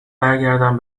برگردم